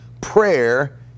prayer